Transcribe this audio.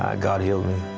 ah god healed me.